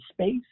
space